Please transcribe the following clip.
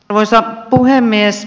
arvoisa puhemies